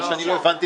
אני לא הבנתי